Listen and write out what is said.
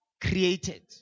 Created